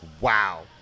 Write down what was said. wow